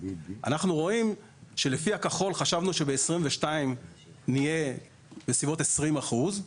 אנחנו רואים שלפי הקו הכחול חשבנו שב-2022 נהיה בסביבות 20 אחוזים,